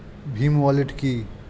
Bhim wallet কি?